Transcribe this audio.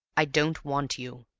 i don't want you.